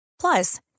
Plus